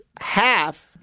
half